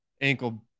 ankle